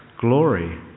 glory